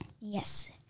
Yes